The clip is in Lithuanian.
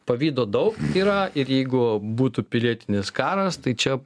pavydo daug yra ir jeigu būtų pilietinis karas tai čia